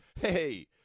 hey